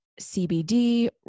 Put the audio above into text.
CBD